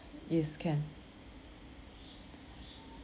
yes can